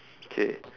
okay